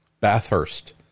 Bathurst